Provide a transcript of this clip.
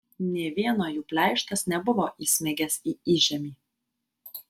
nė vieno jų pleištas nebuvo įsmigęs į įžemį